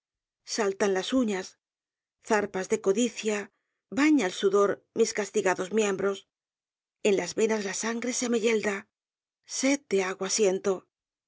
saltan las uñas zarpas de codicia baña el sudor mis castigados miembros en las venas la sangre se me yelda sed de agua siento